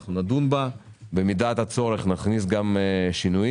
אנחנו נדון בה, במידת הצורך נכניס גם שינויים,